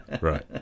Right